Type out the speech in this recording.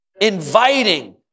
inviting